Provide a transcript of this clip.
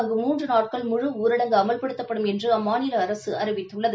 அங்கு மூன்று நாட்கள் முழு ஊரடங்கு அமல்படுத்தப்படும் என்று அம்மாநில அரசு அறிவித்துள்ளது